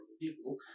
people